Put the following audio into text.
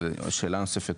אבל שאלה נוספת.